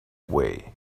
way